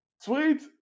sweet